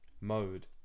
Mode